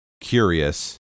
curious